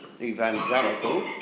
evangelical